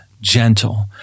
gentle